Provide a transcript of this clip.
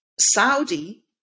Saudi